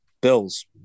Bills